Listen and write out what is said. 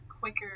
quicker